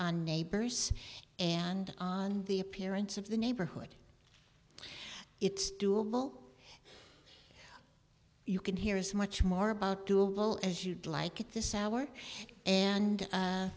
on neighbors and on the appearance of the neighborhood it's doable you can hear is much more about doing as you'd like at this hour and